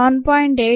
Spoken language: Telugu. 076 7